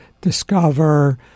Discover